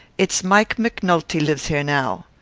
it's mike mcnulty lives here now.